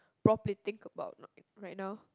properly think about right now